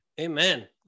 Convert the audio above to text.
Amen